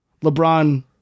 LeBron